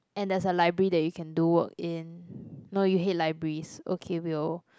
and there's a library that you can do work in no you hate libraries okay we'll